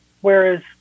Whereas